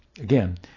again